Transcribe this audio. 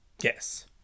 Yes